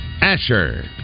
Asher